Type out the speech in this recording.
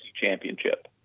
championship